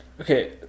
Okay